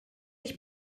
ich